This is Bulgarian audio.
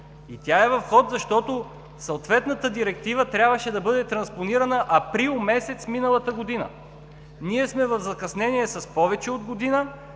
но тя е в ход, защото съответната Директива трябваше да бъде транспонирана април месец миналата година. Ние сме в закъснение с повече от година.